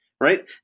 right